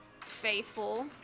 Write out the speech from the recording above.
faithful